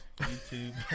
YouTube